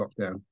lockdown